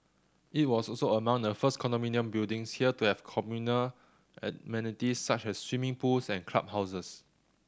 it was also among the first condominium buildings here to have communal amenities such as swimming pools and clubhouses